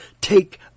Take